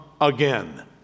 again